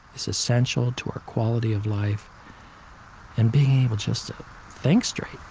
it's essential to our quality of life and being able just to think straight